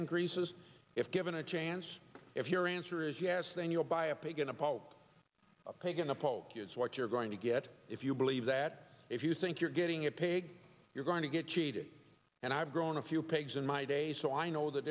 increases if given a chance if your answer is yes then you'll buy a pig in a poke a pig in a poke is what you're going to get if you believe that if you think you're getting a pig you're going to get cheated and i've grown a few pigs in my day so i know that